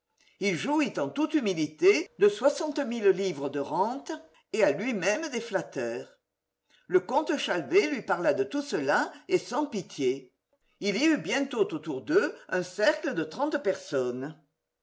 il jouit en toute humilité de soixante mille livres de rentes et a lui-même des flatteurs le comte chalvet lui parla de tout cela et sans pitié il y eut bientôt autour d'eux un cercle de trente personnel